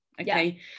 okay